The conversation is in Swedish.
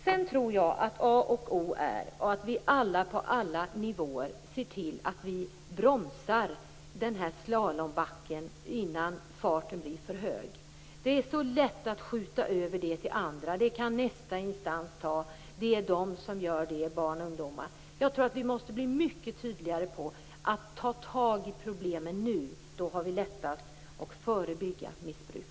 Jag tror att A och O är att vi alla på alla nivåer ser till att bromsa i slalombacken innan farten blir för hög. Det är så lätt att skjuta över det till andra och säga att nästa instans kan ta det. Vi måste bli mycket tydligare i fråga om att ta tag i problemen - då är det lättast att förebygga missbruk.